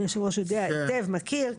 כבוד יושב הראש יודע היטב, מכיר.